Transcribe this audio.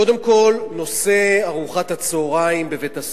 קודם כול, נושא ארוחת הצהריים בבית-הספר.